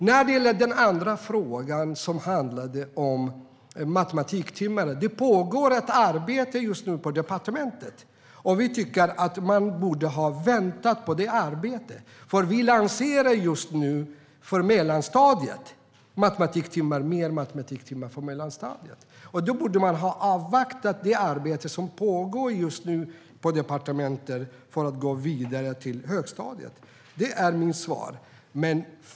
När det gäller matematiktimmarna pågår det ett arbete på departementet, och vi tycker att man borde vänta på det. Vi lanserar nu fler matematiktimmar för mellanstadiet, och man borde avvakta det arbete som pågår på departementet innan man går vidare till högstadiet. Det är mitt svar.